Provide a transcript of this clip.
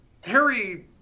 Harry